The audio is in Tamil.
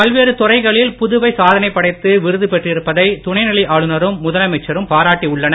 பல்வேறு துறைகளில் புதுவை சாதனை படைத்து விருது பெற்றிருப்பதை துணை நிலை ஆளுநரும் முதலமைச்சரும் பாராட்டி உள்ளனர்